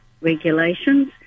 regulations